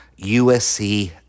USC